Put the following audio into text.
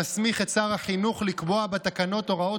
המסמיך את שר החינוך לקבוע בתקנות הוראות